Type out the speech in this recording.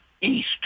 East